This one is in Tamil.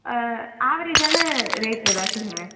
ஆவரேஜான ரேட்டில் எதாவது சொல்லுங்க